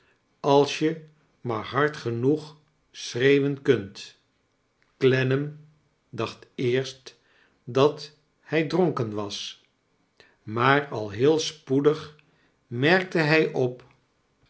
als je maar hard genoeg schreeu wen kunt clennam dacht eerst dat hij dronken was maar al heel spoedig merkte hij op